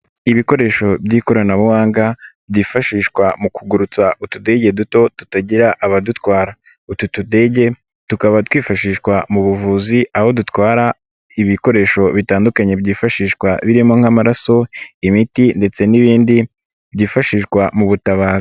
Ibikoresho by'ikoranabuhanga, byifashishwa mukugurutsa utudege duto, tutagira abadutwara, utu tudege tukaba twifashishwa mu buvuzi, aho dutwara ibikoresho bitandukanye byifashishwa birimo nk'amaraso, imiti ndetse n'ibindi, byifashishwa mu butabazi.